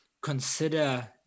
consider